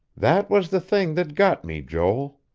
that was the thing that got me, joel.